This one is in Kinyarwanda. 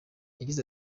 yagize